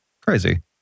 crazy